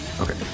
Okay